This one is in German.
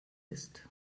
ist